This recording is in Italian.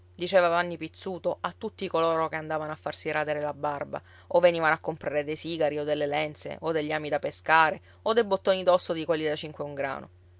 diceva vanni pizzuto a tutti coloro che andavano a farsi radere la barba o venivano a comprare dei sigari o delle lenze o degli ami da pescare o dei bottoni d'osso di quelli da cinque un grano